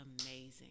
amazing